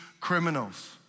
criminals